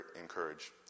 encourage